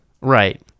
Right